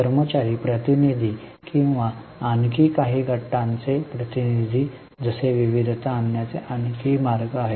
कर्मचारी प्रतिनिधी किंवा आणखी काही गटांचे प्रतिनिधी जसे विविधता आणण्याचे आणखीही मार्ग आहेत